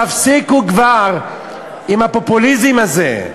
תפסיקו כבר עם הפופוליזם הזה.